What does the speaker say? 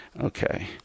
Okay